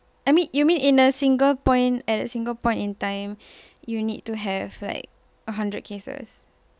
I mean you mean in a single point at a single point in time you need to have like a hundred cases